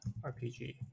RPG